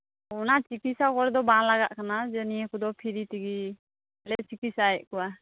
ᱚᱱᱟ ᱪᱤᱠᱤᱥᱥᱟ ᱠᱚᱨᱮ ᱫᱚ ᱵᱟᱝ ᱞᱟᱜᱟᱜ ᱠᱟᱱᱟ ᱱᱤᱭᱟᱹ ᱠᱚᱫᱚ ᱯᱷᱨᱤ ᱛᱮᱜᱮᱞᱮ ᱪᱤᱠᱤᱥᱥᱟᱭᱮᱫ ᱠᱚᱣᱟ